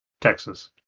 Texas